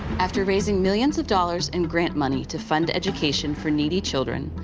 after raising millions of dollars in grant money to fund education for needy children,